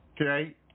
Okay